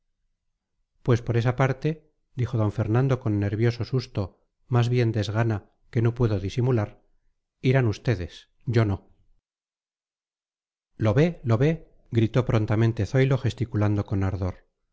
pues por esa parte dijo d fernando con nervioso susto más bien desgana que no pudo disimular irán ustedes yo no lo ve lo ve gritó prontamente zoilo gesticulando con ardor